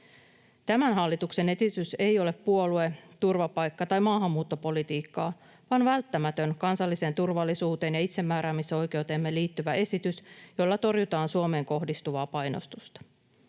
Tämä hallituksen esitys ei ole puolue-, turvapaikka- tai maahanmuuttopolitiikkaa, vaan välttämätön kansalliseen turvallisuuteen ja itsemääräämisoikeuteemme liittyvä esitys, jolla torjutaan Suomeen kohdistuvaa painostusta.